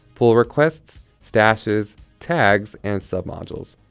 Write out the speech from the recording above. pull requests, stashes, tags, and submodules.